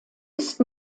ist